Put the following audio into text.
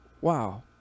wow